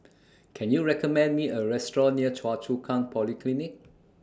Can YOU recommend Me A Restaurant near Choa Chu Kang Polyclinic